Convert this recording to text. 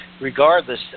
Regardless